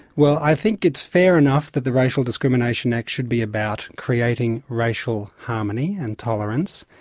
well, i think it's fair enough that the racial discrimination act should be about creating racial harmony and tolerance.